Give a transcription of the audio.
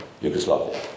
Yugoslavia